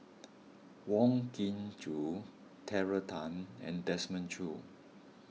Wong Kin Jong Terry Tan and Desmond Choo